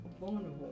vulnerable